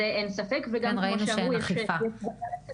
ראינו שאין אכיפה.